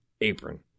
apron